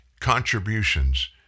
contributions